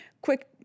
quick